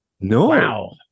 No